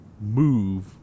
move